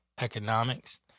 economics